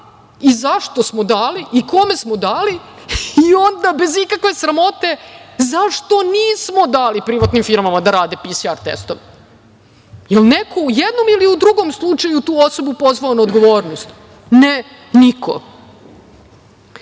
i zašto smo dali i kome smo dali i onda bez ikakve sramote, zašto nismo dali privatnim firmama da rade PSR testove. Jel neko u jednom ili u drugom slučaju tu osobu pozvao na odgovornost? Ne,